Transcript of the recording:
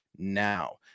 now